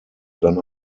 dann